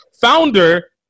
founder